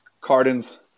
Cardin's